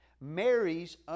Mary's